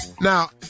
Now